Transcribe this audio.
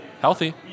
healthy